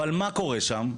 אבל מה קורה שם?